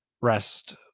rest